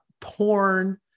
porn